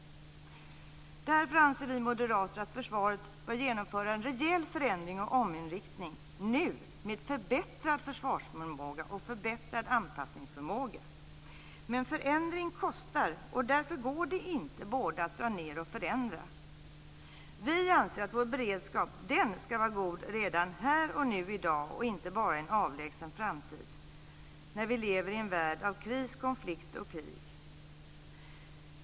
Därför anser vi moderater att försvaret bör genomföra en rejäl förändring och ominriktning nu, med förbättrad försvarsförmåga och anpassningsförmåga. Men förändring kostar, och därför går det inte att både dra ned och förändra. Vi anser att vår beredskap ska vara god redan här och nu i dag och inte bara i en avlägsen framtid eftersom vi lever i en värld av kris, konflikt och krig.